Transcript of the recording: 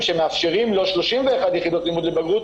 שמאפשרים לו 31 יחידות לימוד לבגרות,